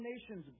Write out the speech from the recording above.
nations